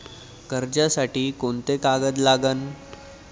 कर्जसाठी कोंते कागद लागन?